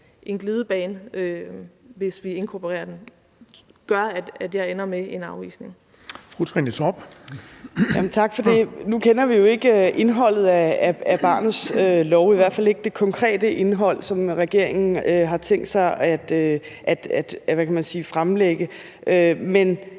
Den fg. formand (Erling Bonnesen): Fru Trine Torp. Kl. 21:10 Trine Torp (SF): Tak for det. Nu kender vi jo ikke indholdet af barnets lov, i hvert fald ikke det konkrete indhold, som regeringen har tænkt sig at fremlægge. Men